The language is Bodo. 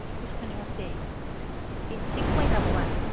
एकसस'नि हरसै एसे खमायजाबावा